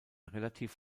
relativ